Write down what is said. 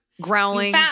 growling